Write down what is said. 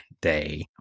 day